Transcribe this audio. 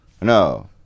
No